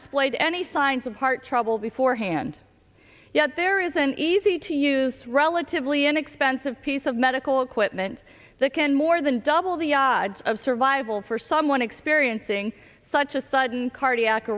displayed any signs of heart trouble before hand yet there is an easy to use relatively inexpensive piece of medical equipment that can more than double the odds of survey rival for someone experiencing such a sudden cardiac